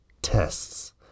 Tests